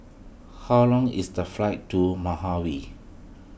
how long is the flight to